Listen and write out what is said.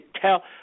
tell